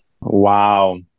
Wow